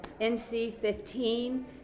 NC15